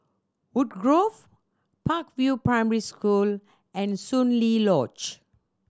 Woodgrove Park View Primary School and Soon Lee Lodge